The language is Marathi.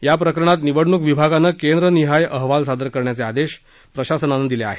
या प्रकरणात निवडणूक विभागानं केंद्र निहाय अहवाल सादर करण्याचे आदेश प्रशासनानं दिले आहेत